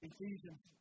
Ephesians